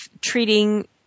treating